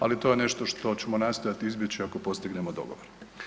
Ali to je nešto što ćemo nastojat izbjeći ako postignemo dogovor.